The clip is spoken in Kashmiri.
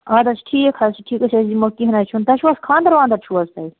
آدٕ حظ ٹھیٖک حَظ ٹھیٖک أسۍ حَظ یِمو کینٛہہ نہٕ حَظ چھُنہٕ تۄہہِ چھُوٕ حَظ خَاندَر وَاندَر چھُوٕ حَظ تۄہہِ